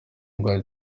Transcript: indwara